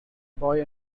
boy